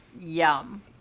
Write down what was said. Yum